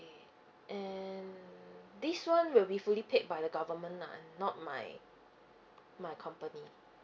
and this one will be fully paid by the government lah not my my company